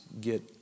get